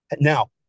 Now